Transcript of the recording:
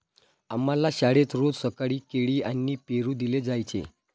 आम्हाला शाळेत रोज सकाळी केळी आणि पेरू दिले जायचे